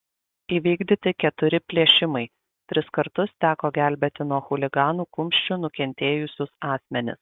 įvykdyti keturi plėšimai tris kartus teko gelbėti nuo chuliganų kumščių nukentėjusius asmenis